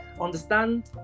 understand